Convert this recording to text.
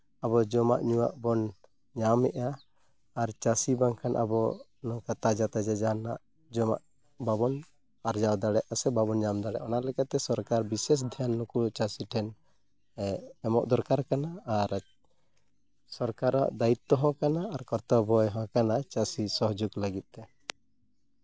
ᱟᱵᱚ ᱡᱚᱢᱟᱜ ᱧᱩᱣᱟᱜ ᱵᱚᱱ ᱧᱟᱢ ᱮᱫᱟ ᱟᱨ ᱪᱟᱹᱥᱤ ᱵᱟᱝᱠᱷᱟᱱ ᱟᱵᱚ ᱱᱚᱝᱠᱟ ᱛᱟᱡᱟ ᱛᱟᱡᱟ ᱡᱟᱦᱟᱱᱟᱜ ᱡᱚᱢᱟᱜ ᱵᱟᱵᱚᱱ ᱟᱨᱡᱟᱣ ᱫᱟᱲᱮᱭᱟᱜᱼᱟ ᱥᱮ ᱵᱟᱵᱚᱱ ᱧᱟᱢ ᱫᱟᱲᱮᱭᱟᱜᱼᱟ ᱚᱱᱟ ᱞᱮᱠᱟᱛᱮ ᱥᱚᱨᱠᱟᱨ ᱵᱤᱥᱮᱥ ᱫᱷᱮᱭᱟᱱ ᱱᱩᱠᱩ ᱪᱟᱹᱥᱤ ᱴᱷᱮᱱ ᱮᱢᱚᱜ ᱫᱚᱨᱠᱟᱨ ᱠᱟᱱᱟ ᱟᱨ ᱥᱚᱨᱠᱟᱨᱟᱜ ᱫᱟᱹᱭᱤᱛᱛᱚ ᱦᱚᱸ ᱠᱟᱱᱟ ᱟᱨ ᱠᱚᱨᱛᱚᱵᱵᱚ ᱦᱚᱸ ᱠᱟᱱᱟ ᱪᱟᱹᱥᱤ ᱥᱚᱦᱚᱡᱳᱜᱽ ᱞᱟᱹᱜᱤᱫ ᱛᱮ